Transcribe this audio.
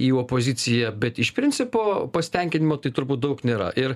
į opoziciją bet iš principo pasitenkinimo tai turbūt daug nėra ir